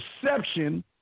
perception